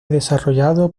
desarrollado